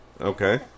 Okay